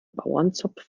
bauernzopf